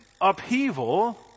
upheaval